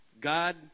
God